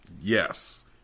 Yes